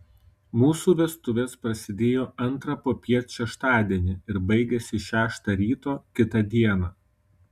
mūsų vestuvės prasidėjo antrą popiet šeštadienį ir baigėsi šeštą ryto kitą dieną